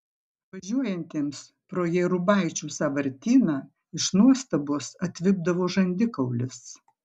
važiuojantiems pro jėrubaičių sąvartyną iš nuostabos atvipdavo žandikaulis